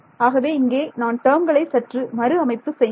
ஆகவே இங்கே நான் டேர்ம்களை சற்று மறு அமைப்பு செய்கிறேன்